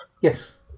Yes